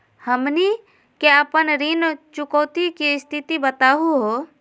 हमनी के अपन ऋण चुकौती के स्थिति बताहु हो?